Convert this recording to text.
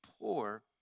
poor